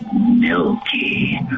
Milky